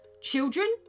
Children